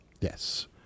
Yes